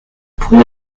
pwy